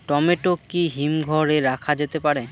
Tomato কি হিমঘর এ রাখা যেতে পারে?